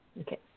okay